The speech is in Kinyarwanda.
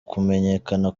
kumenyekana